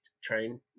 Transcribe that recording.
train